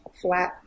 flat